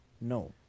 no